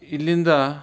ಇಲ್ಲಿಂದ